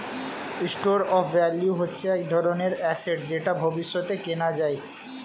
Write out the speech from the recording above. store of value হচ্ছে এক ধরনের অ্যাসেট যেটা ভবিষ্যতে কেনা যায়